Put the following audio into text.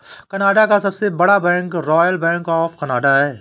Canada का सबसे बड़ा bank Royal Bank of Canada है